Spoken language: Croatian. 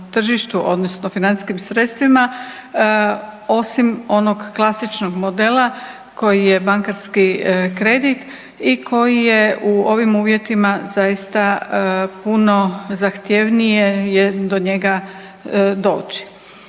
odnosno financijskim sredstvima osim onog klasičnog modela koji je bankarski kredit i koji je u ovim uvjetima zaista puno zahtjevnije je do njega doći.